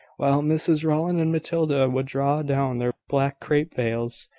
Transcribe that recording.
while mrs rowland and matilda would draw down their black crape veils,